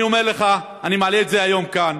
אני אומר לך: אני מעלה את זה היום כאן.